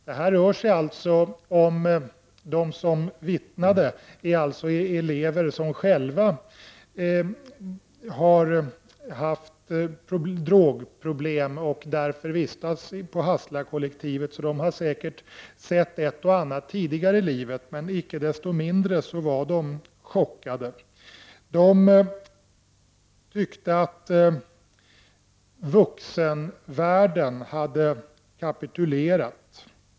De som vittnade har själva haft drogproblem och vistas därför på Hasselakollektivet. De har säkert sett ett och annat tidigare i livet, men icke desto mindre var de chockade. De tyckte att vuxenvärlden hade kapitulerat.